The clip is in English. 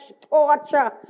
torture